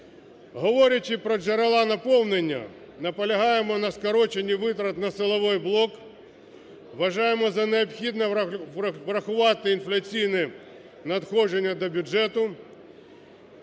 Говорячи про джерела наповнення, наполягаємо на скороченні витрат на силовий блок. Вважаємо за необхідне врахувати інфляційні надходження до бюджету